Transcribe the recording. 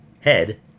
head